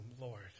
Lord